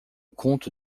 comte